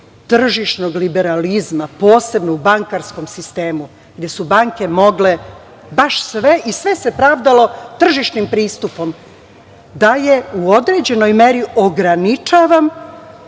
tržišnog liberalizma, posebnu u bankarskom sistemu, gde su banke mogle baš sve i sve se pravdalo tržišnim pristupom, da je u određenoj meri ograničavam